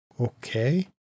okay